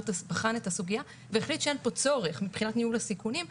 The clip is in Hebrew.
את הסוגיה והחליט שאין כאן צורך מבחינת ניהול הסיכונים.